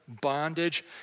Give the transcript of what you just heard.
Bondage